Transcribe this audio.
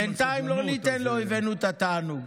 בינתיים לא ניתן לאויבינו את התענוג.